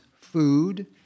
food